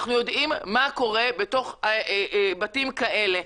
אנחנו יודעים מה קורה בתוך בתים כאלה.